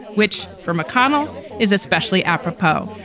which for mcconnell is especially apropos.